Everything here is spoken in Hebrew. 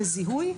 לזיהוי,